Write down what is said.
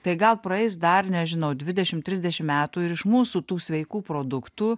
tai gal praeis dar nežinau dvidešimt trisdešimt metų ir iš mūsų tų sveikų produktų